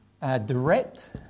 direct